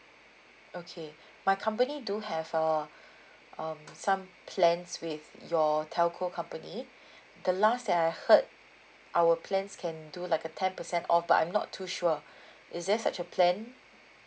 okay my company do have uh um some plans with your telco company the last that I heard our plans can do like a ten percent off but I'm not too sure is there such a plan